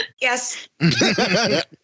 Yes